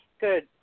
good